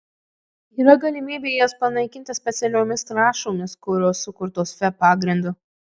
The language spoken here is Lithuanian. yra galimybė jas panaikinti specialiomis trąšomis kurios sukurtos fe pagrindu